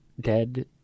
dead